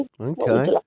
Okay